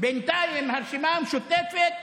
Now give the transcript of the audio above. בינתיים הרשימה המשותפת